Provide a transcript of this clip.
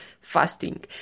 fasting